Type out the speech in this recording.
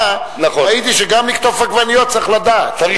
ראיתי שגם לקטוף עגבניות צריך לדעת.